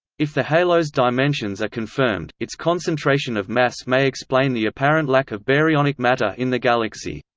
if the halo's dimensions are confirmed, its concentration of mass may explain the apparent lack of baryonic matter in the galaxy.